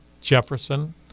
Jefferson